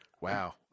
Wow